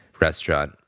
restaurant